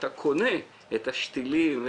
אתה קונה את השתילים,